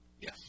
Yes